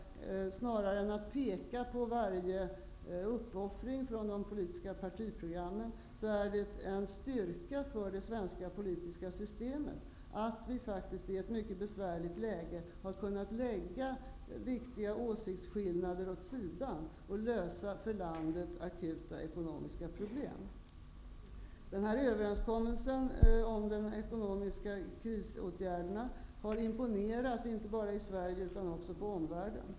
Snarare än att peka på varje uppoffring från de politiska partiprogrammen, är det en styrka för det svenska politiska systemet att vi faktiskt i ett mycket besvärligt läge har kunnat lägga viktiga åsiktsskillnader åt sidan och lösa för landet akuta ekonomiska problem. Överenskommelsen om de ekonomiska krisåtgärderna har imponerat inte bara i Sverige utan också i omvärlden.